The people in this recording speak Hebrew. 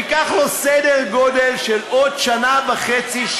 ייקח לו סדר גודל של עוד שנה וחצי,